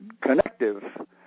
connective